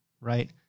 right